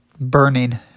burning